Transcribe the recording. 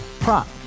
Prop